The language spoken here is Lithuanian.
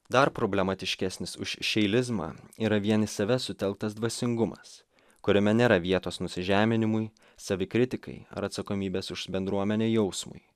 dar problematiškesnis už šeilizmą yra vien į save sutelktas dvasingumas kuriame nėra vietos nusižeminimui savikritikai ar atsakomybės už bendruomenę jausmui